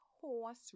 horse